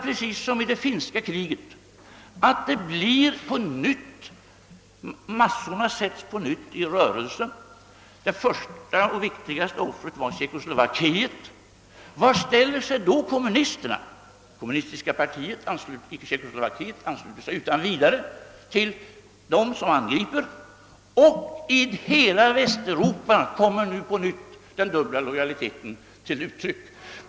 Precis som under det finska kriget sattes massorna i rörelse och det första och viktigaste offret var Tjeckoslovakiet. Hur ställer sig då kommunisterna? Det kommunistiska partiet i Tjeckoslovakiet ansluter sig till dem som angriper, och i hela Västeuropa kommer nu den dubbla lojaliteten till uttryck.